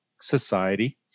society